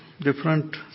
different